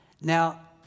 Now